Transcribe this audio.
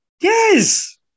Yes